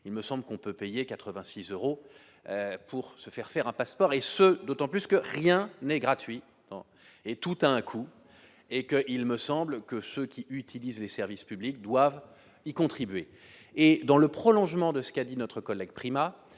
il me semble qu'on peut payer 86 euros pour se faire faire un passeport et ce d'autant plus que rien n'est gratuit et tout a un coût et que, il me semble que ceux qui utilisent les services publics doivent y contribuer et dans le prolongement de ce qu'a dit notre collègue Prima